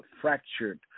fractured